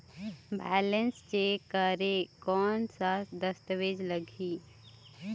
Balance check करें कोन सा दस्तावेज लगी?